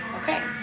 Okay